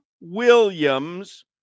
Williams